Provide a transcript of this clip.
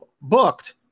booked